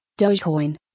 Dogecoin